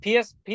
PS